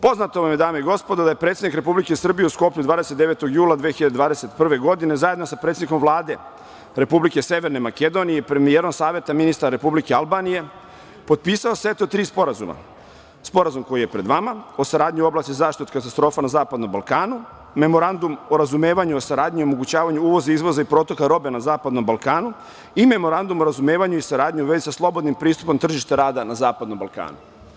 Poznato vam je, dame i gospodo, da je predsednik Republike Srbije u Skoplju 29. jula 2021. godine zajedno sa predsednikom Vlade Republike Severne Makedonije i premijerom Savete ministara Republike Albanije, premijerom Saveta ministara Republike Albanije potpisao set od tri sporazuma – Sporazum, koji je pred vama, o saradnji u oblasti zaštite od katastrofa na zapadnom Balkanu, Memorandum o razumevanju o saradnji i omogućavanja uvoza, izvoza i protoka robe na zapadnom Balkanu i Memorandum o razumevanju i saradnji u vezi sa slobodnim pristupom tržištu rada na zapadnom Balkanu.